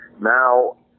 now